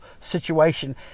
situation